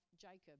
Jacob